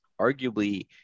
arguably